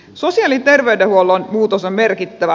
sosiaali ja terveydenhuollon muutos on merkittävä